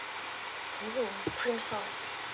no cream sauce